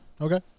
Okay